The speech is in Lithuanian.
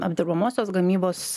apdirbamosios gamybos